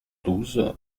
douze